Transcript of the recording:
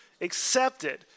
accepted